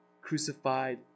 crucified